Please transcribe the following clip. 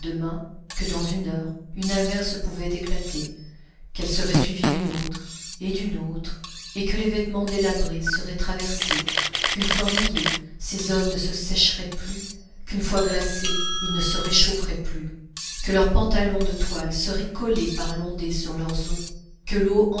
que dans une heure une averse pouvait éclater qu'elle serait suivie d'une autre et d'une autre et que les vêtements délabrés seraient traversés qu'une fois mouillés ces hommes ne se sécheraient plus qu'une fois glacés ils ne se réchaufferaient plus que leurs pantalons de toile seraient collés par l'ondée sur leurs os que l'eau